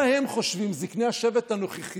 מה הם חושבים, זקני השבט הנוכחיים,